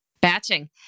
Batching